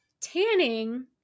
tanning